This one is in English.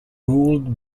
ruled